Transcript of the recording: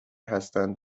هستند